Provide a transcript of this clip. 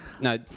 No